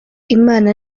imana